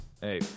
hey